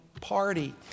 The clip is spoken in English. Party